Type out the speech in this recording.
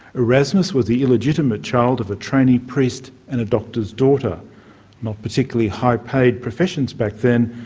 erasmus was the illegitimate child of a trainee priest and a doctor's daughter not particularly highly paid professions back then,